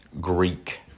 Greek